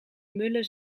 mulle